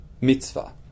mitzvah